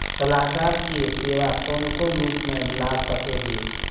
सलाहकार के सेवा कौन कौन रूप में ला सके हिये?